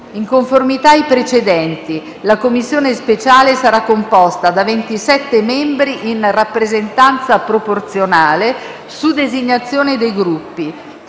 In conformità ai precedenti, la Commissione speciale sarà composta da 27 membri in rappresentanza proporzionale su designazione dei Gruppi.